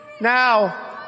Now